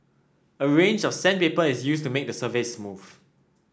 a range of sandpaper is used to make the surface smooth